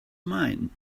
mine